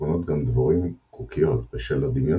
מכונות גם דבורים קוקיות בשל הדמיון